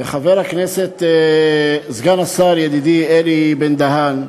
וחבר הכנסת, סגן השר ידידי, אלי בן-דהן,